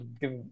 give